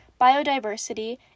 biodiversity